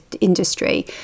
industry